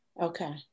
okay